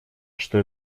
что